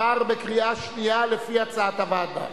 התקבלו בקריאה שנייה, לפי הצעת הוועדה.